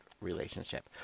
relationship